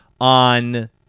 on